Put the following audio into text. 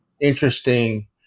interesting